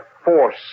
force